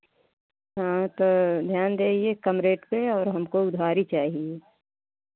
हाँ तो ध्यान देंगे कम रेट पर और हमको उधारी चाहिये